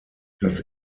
das